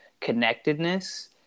connectedness